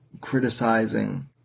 criticizing